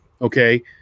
okay